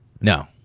No